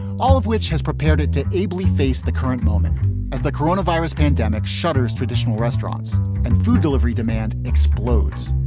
all of which has prepared it to ably face the current moment as the corona virus pandemic shutters, traditional restaurants and food delivery demand explodes.